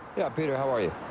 yeah, peter. how are you?